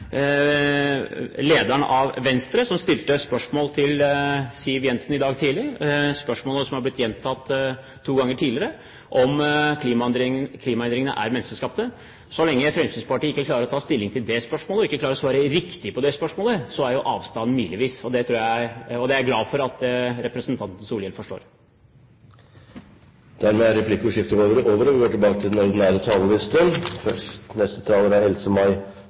lederen i Venstre, som stilte et spørsmål til Siv Jensen i dag tidlig – spørsmålet er blitt stilt to ganger tidligere – om klimaendringene er menneskeskapte. Så lenge Fremskrittspartiet ikke klarer å ta stilling til det spørsmålet, og ikke klarer å svare riktig på det spørsmålet, er avstanden milelang, og det er jeg glad for at representanten Solhjell forstår. Dermed er replikkordskiftet over. Like barn leker best, sies det i ordtaket. Men i mitt og ditt Norge er det like naturlig at ulike barn leker sammen. Det er